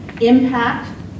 impact